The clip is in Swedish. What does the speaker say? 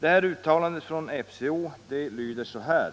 Detta uttalande från FCO lyder så här: